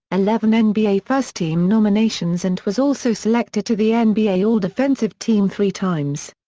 eleven ah nba first team nominations and was also selected to the and nba all-defensive team three times.